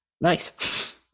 Nice